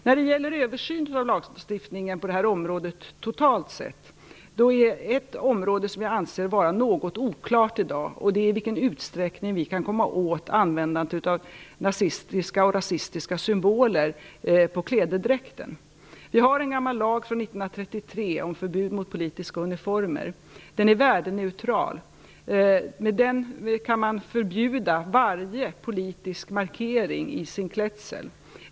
När det gäller översyn av lagstiftningen på det här området totalt sett finns det ett område som jag anser vara något oklart i dag, nämligen i vilken utsträckning vi kan komma åt användandet av nazistiska och rasistiska symboler på klädedräkten. Vi har en gammal lag från 1933 om förbud mot politiska uniformer. Den är värdeneutral. Med den kan man förbjuda varje politisk markering i klädseln.